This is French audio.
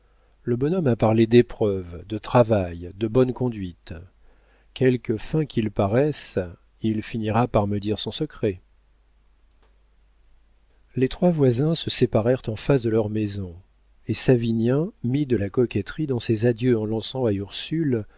le bonhomme a parlé d'épreuves de travail de bonne conduite quelque fin qu'il paraisse il finira par me dire son secret les trois voisins se séparèrent en face de leurs maisons et savinien mit de la coquetterie dans ses adieux en lançant à ursule